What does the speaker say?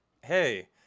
hey